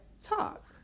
talk